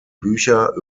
bücher